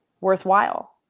worthwhile